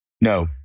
No